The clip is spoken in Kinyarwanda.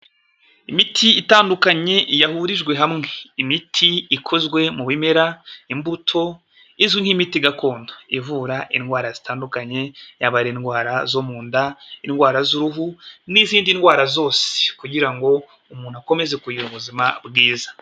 Imiti itandukanye yahurijwe hamwe, imiti ikozwe mu bimera, imbuto izwi nk'imiti gakondo ivura indwara zitandukanye, yaba indwara zo mu nda, indwara z'uruhu n'izindi ndwara zose, kugira ngo umuntu akomeze kugira ubuzima bwiza.